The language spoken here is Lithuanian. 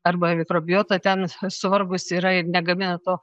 arba mikrobiota ten svarbūs yra ir negamina to